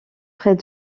près